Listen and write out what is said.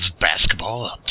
basketball